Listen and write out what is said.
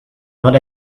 not